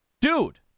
Dude